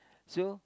so